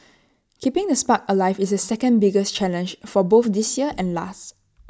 keeping the spark alive is the second biggest challenge for both this year and last